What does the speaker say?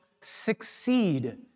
succeed